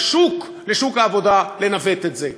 לשוק, לשוק העבודה, לנווט את זה.